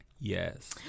Yes